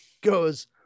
goes